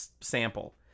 sample